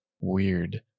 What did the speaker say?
weird